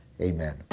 Amen